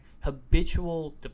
habitual